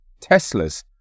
Teslas